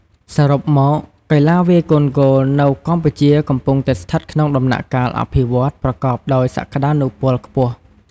សរុបមក កីឡាវាយកូនហ្គោលនៅកម្ពុជាកំពុងតែស្ថិតក្នុងដំណាក់កាលអភិវឌ្ឍន៍ប្រកបដោយសក្ដានុពលខ្ពស់។